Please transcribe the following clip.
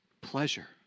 Pleasure